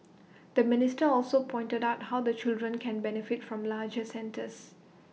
the minister also pointed out how the children can benefit from larger centres